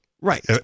right